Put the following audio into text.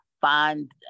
find